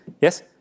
Yes